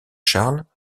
charles